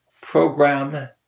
program